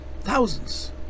Thousands